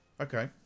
okay